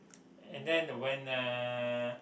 and then when uh